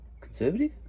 conservative